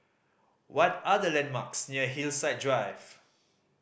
what are the landmarks near Hillside Drive